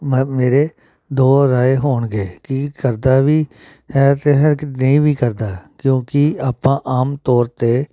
ਮਹਿ ਮੇਰੇ ਦੋ ਰਾਏ ਹੋਣਗੇ ਕੀ ਕਰਦਾ ਵੀ ਹੈ ਅਤੇ ਹੈ ਕੇ ਨਹੀਂ ਵੀ ਕਰਦਾ ਕਿਉਂਕਿ ਆਪਾਂ ਆਮ ਤੌਰ 'ਤੇ